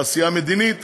העשייה המדינית,